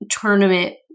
tournament